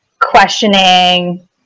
questioning